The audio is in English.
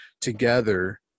together